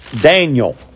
Daniel